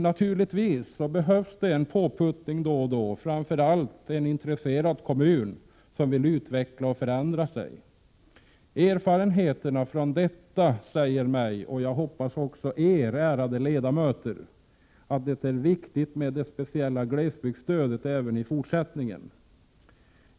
Naturligtvis behövs det en påputtning då och då, och framför allt en intresserad kommun som vill utveckla och förändra sig. Erfarenheterna från detta projekt säger mig — och jag hoppas också er, ärade ledamöter — att det speciella glesbygdsstödet är viktigt även i fortsättningen.